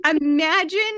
imagine